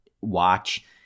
watch